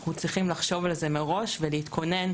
אנו צריכים לחשוב על זה מראש ולהתכונן.